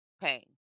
pain